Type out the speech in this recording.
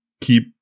keep